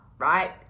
Right